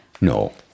No